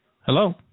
Hello